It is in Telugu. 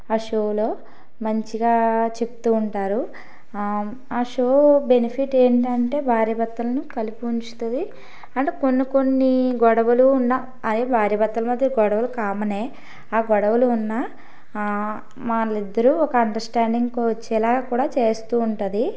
ఆ షోలో మంచిగా చెప్తూ ఉంటారు ఆ షో బెనిఫిట్ ఏమిటి అంటే భార్యభర్తలను కలిపి ఉంచుతుంది అంటే కొన్ని కొన్ని గొడవలు ఉన్న అదే భార్యభర్తల మాధ్య గొడవలు కామనే ఆ గొడవలు ఉన్న వాళ్ళు ఇద్దరూ ఒక అండర్స్టాండింగ్కి వచ్చేలా కూడా చేస్తూ ఉంటుంది